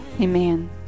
Amen